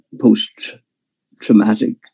post-traumatic